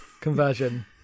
conversion